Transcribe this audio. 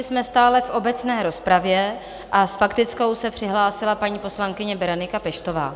Jsme stále v obecné rozpravě a s faktickou se přihlásila paní poslankyně Berenika Peštová.